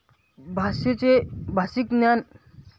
भाषेचे भाषिक ज्ञान